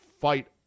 fight